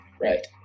Right